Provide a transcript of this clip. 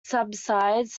subsidies